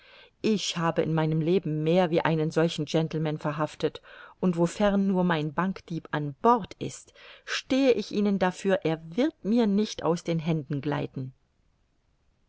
ich habe in meinem leben mehr wie einen solchen gentleman verhaftet und wofern nur mein bankdieb an bord ist stehe ich ihnen dafür er wird mir nicht aus den händen gleiten